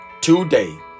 Today